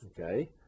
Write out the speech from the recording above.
Okay